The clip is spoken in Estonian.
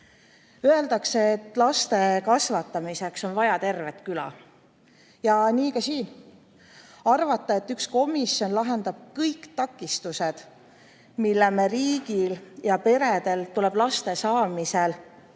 Öeldakse, et laste kasvatamiseks on vaja tervet küla. Ja nii ka siin. Arvata, et üks komisjon kõrvaldab kõik takistused, millega riigil ja peredel tuleb laste saamisel ja